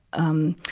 um,